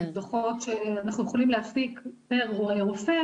דוחות שאנחנו יכולים להפיק פר רופא,